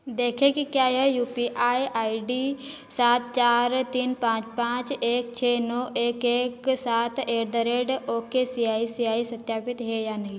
देखे कि क्या यह U P I I D सात चार तीन पाँच पाँच एक छः नौ एक एक सात at the rate O K C I C I सत्यापित है या नहीं